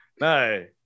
No